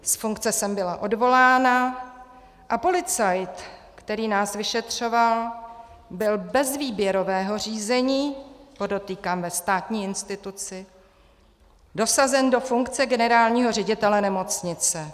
Z funkce jsem byla odvolána a policajt, který nás vyšetřoval, byl bez výběrového řízení podotýkám ve státní instituci dosazen do funkce generálního ředitele nemocnice.